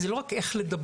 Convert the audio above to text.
זה לא רק איך לדבר,